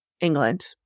England